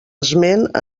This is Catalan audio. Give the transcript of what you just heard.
esment